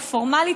הפורמלית,